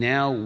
Now